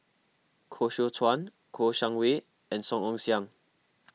Koh Seow Chuan Kouo Shang Wei and Song Ong Siang